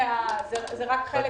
זה רק חלק אחד.